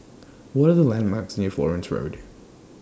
What Are The landmarks near Florence Road